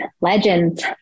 legends